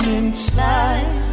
inside